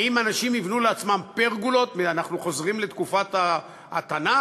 האם אנשים יבנו לעצמם פרגולות ואנחנו חוזרים לתקופת התנ"ך?